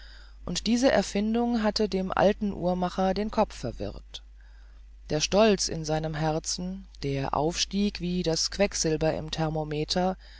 und diese erfindung hatte dem alten uhrmacher den kopf verwirrt der stolz in seinem herzen der aufstieg wie das quecksilber im thermometer